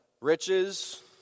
Riches